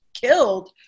killed